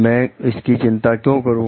मैं इसकी चिंता क्यों करूं